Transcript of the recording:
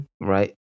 Right